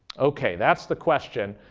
ok, that's the question.